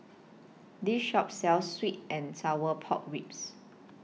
This Shop sells Sweet and Sour Pork Ribs